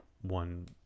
one